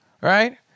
right